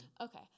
Okay